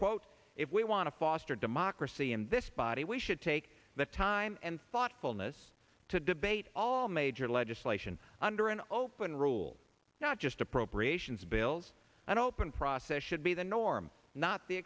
quote if we want to foster democracy in this body we should take the time and thoughtfulness to debate all major legislation under an open rule not just appropriations bills an open process should be the norm not the